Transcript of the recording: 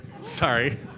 Sorry